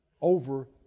over